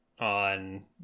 on